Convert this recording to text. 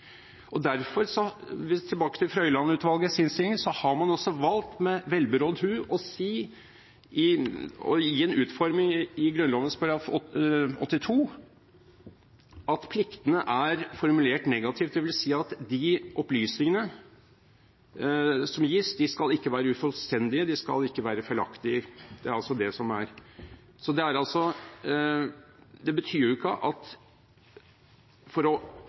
Derfor har man – tilbake til Frøiland-utvalgets innstilling – valgt, med velberådd hu, i en utforming i Grunnloven § 82 å si at pliktene er formulert negativt, dvs. at de opplysningene som gis, skal ikke være ufullstendige, de skal ikke være feilaktige. Det er altså det som er. Det betyr ikke at hele saken må være utredet slik enhver representant i denne salen kunne tenke seg å